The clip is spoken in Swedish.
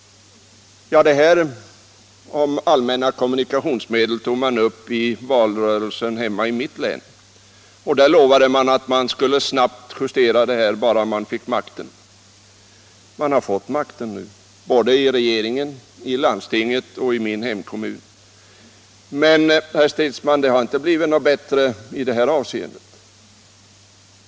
Frågan om allmänna kommunikationsmedel tog man upp i valrörelsen hemma i mitt län, och där lovade man att man snabbt skulle justera felaktigheterna bara man fick makten. Man har fått makten nu, såväl i regeringen som i landstinget och i min hemkommun, men, herr Stridsman, det har inte blivit bättre i detta avseende.